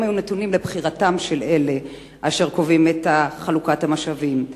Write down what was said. היו נתונים לבחירתם של אלה אשר קובעים את חלוקת המשאבים.